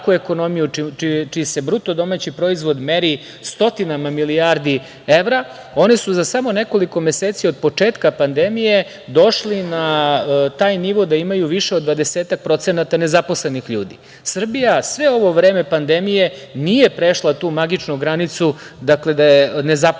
čiji se BDP meri stotinama milijardi evra, one su za samo nekoliko meseci od početka pandemije došle na taj nivo da imaju više od dvadesetak procenata nezaposlenih ljudi. Srbija sve ovo vreme pandemije nije prešla tu magičnu granicu, dakle, da je nezaposlenost